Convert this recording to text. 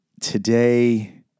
Today